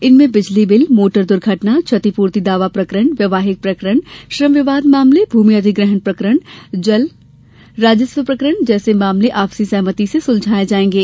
इनमें बिजली bill motor दुर्घटना क्षतिपूर्ति दावा प्रकरण वैवाहिक प्रकरण श्रम विवाद मामले भूमि अधिग्रहण प्रकरण जलकर राजस्व प्रकरण जैसे मामले आपसी सहमति सुलझाये जायेंगे